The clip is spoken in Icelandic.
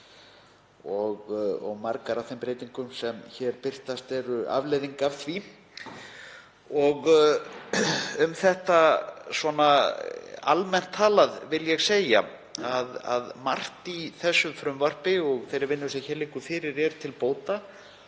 Margar af þeim breytingum sem hér birtast eru afleiðing af því. Almennt talað vil ég segja að margt í þessu frumvarpi og þeirri vinnu sem hér liggur fyrir er til bóta.